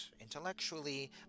intellectually